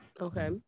Okay